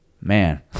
man